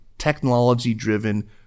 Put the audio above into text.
technology-driven